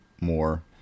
more